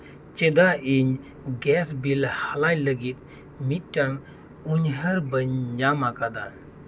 ᱪᱮᱫᱟᱜ ᱤᱧ gas bill ᱦᱟᱞᱟᱭ ᱞᱟᱹᱜᱤᱫ ᱢᱤᱫᱴᱟᱝ ᱩᱱᱩᱭᱦᱟᱹᱨ ᱵᱟᱹᱧ ᱧᱟᱢ ᱟᱠᱟᱫᱟ